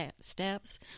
steps